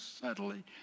subtly